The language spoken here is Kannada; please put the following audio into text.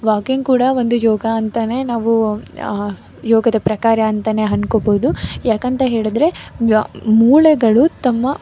ವಾಕಿಂಗ್ ಕೂಡ ಒಂದು ಯೋಗ ಅಂತಲೇ ನಾವು ಯೋಗದ ಪ್ರಕಾರ ಅಂತಲೇ ಅಂದ್ಕೊಳ್ಬೋದು ಯಾಕಂತ ಹೇಳಿದರೆ ಯ್ ಮೂಳೆಗಳು ತಮ್ಮ